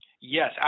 yes